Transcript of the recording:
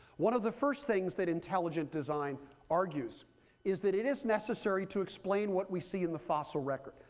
one of the first things that intelligent design argues is that it is necessary to explain what we see in the fossil record,